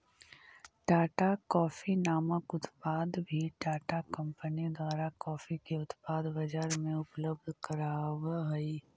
Tata coffee नामक उत्पाद भी टाटा कंपनी द्वारा कॉफी के उत्पाद बजार में उपलब्ध कराब हई